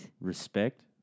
Respect